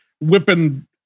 whipping